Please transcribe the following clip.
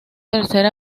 tercer